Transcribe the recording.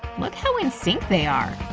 look how in sync they are!